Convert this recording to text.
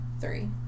three